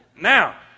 Now